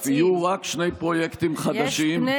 בנוסף יהיו רק שני פרויקטים חדשים?